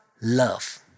love